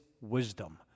wisdom